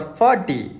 forty